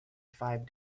five